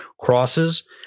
crosses